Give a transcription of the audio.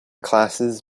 classes